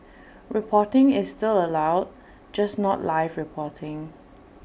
reporting is still allowed just not live reporting